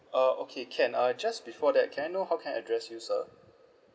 uh okay can uh just before that can I know how can I address you sir